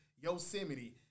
Yosemite